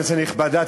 כנסת נכבדה,